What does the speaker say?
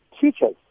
teachers